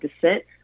descent